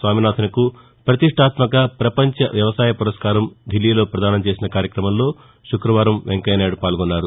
స్వామినాథన్కు ప్రతిష్టాత్మక పపంచ వ్యవసాయ పురస్కారం ఢిల్లీలో ప్రదానం చేసిన కార్యక్రమంలో శుక్రవారం వెంకయ్యనాయుడు పాల్గొన్నారు